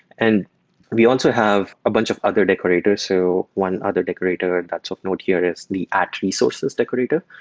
and we also have a bunch of other decorator. so one other decorator that's of note here is the at resources decorator,